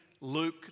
Luke